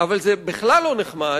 אבל זה בכלל לא נחמד,